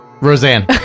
Roseanne